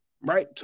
Right